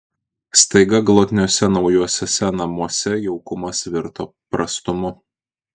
staiga glotniuosiuose naujuosiuose namuose jaukumas virto prastumu